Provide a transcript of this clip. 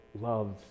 loves